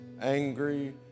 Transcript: angry